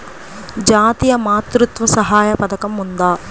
జాతీయ మాతృత్వ సహాయ పథకం ఉందా?